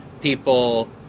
people